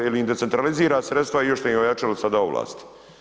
Jer im decentralizira sredstva i još ste im ojačali sada ovlast.